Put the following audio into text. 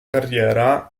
carriera